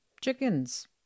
chickens